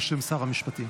בשם שר המשפטים.